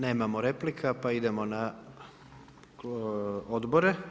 Nemamo replika pa idemo na odbore.